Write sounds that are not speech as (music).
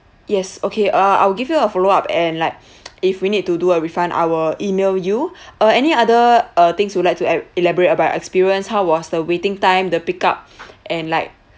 yes okay uh I'll give you a follow up and like (noise) if we need to do a refund I will email you uh any other uh things you like to e~ elaborate about experience how was the waiting time the pick up and like